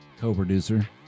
co-producer